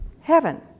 heaven